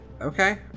Okay